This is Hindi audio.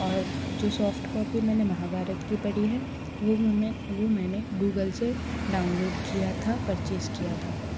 और जो सॉफ्ट कॉपी मैंने महावारत की पड़ी है वो मूमे वो मैंने गूगल से डाउनलोड किया था परचेज़ किया था